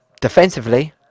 defensively